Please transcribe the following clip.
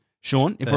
Sean